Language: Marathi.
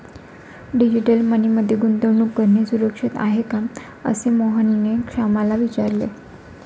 डिजिटल मनी मध्ये गुंतवणूक करणे सुरक्षित आहे का, असे मोहनने श्यामला विचारले